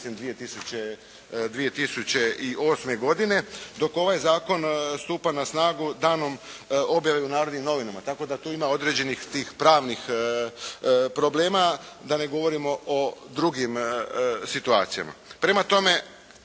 2008. godine, dok ovaj Zakon stupa na snagu danom objave u Narodnim novinama. Tako da tu ima određenih pravnih problema, da ne govorimo o drugim situacijama.